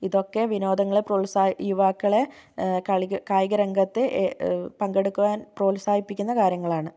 ഇതൊക്കെ വിനോദങ്ങളെ പ്രോത്സാഹി യുവാക്കളെ കളിക കായിക രംഗത്തെ പങ്കെടുക്കുവാൻ പ്രോത്സാഹിപ്പിക്കുന്ന കാര്യങ്ങളാണ്